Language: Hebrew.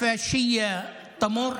הפשיזם חולף